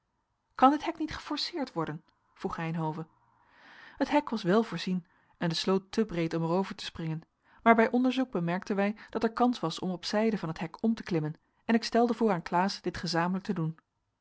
kan dit hek niet geforceerd worden vroeg reynhove het hek was wel voorzien en de sloot te breed om er over te springen maar bij onderzoek bemerkten wij dat er kans was om op zijde van het hek om te klimmen en ik stelde voor aan klaas dit gezamenlijk te doen